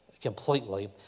completely